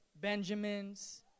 Benjamins